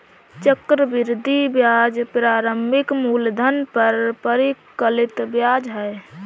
चक्रवृद्धि ब्याज प्रारंभिक मूलधन पर परिकलित ब्याज है